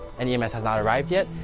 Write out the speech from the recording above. and the us has not arrived yet.